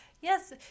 Yes